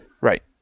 Right